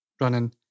running